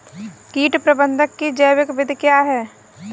कीट प्रबंधक की जैविक विधि क्या है?